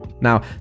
Now